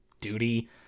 duty